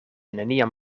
neniam